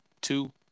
two